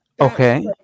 Okay